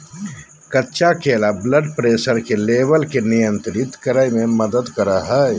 कच्चा केला blood pressure के लेवल के नियंत्रित करय में मदद करो हइ